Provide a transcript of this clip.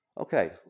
Okay